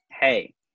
hey